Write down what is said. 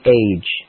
age